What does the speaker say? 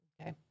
Okay